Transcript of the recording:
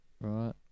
Right